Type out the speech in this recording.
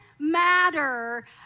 Matter